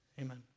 Amen